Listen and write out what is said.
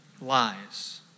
lies